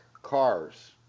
cars